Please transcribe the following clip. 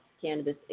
cannabis